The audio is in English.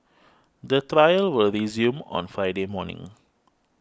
the trial will resume on Friday morning